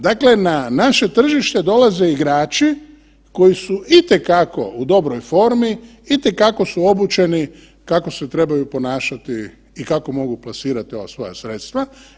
Dakle, na naše tržište dolaze igrači koji su itekako u dobroj formi, itekako su obučeni kako se trebaju ponašati i kako mogu plasirati ova svoja sredstva.